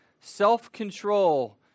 self-control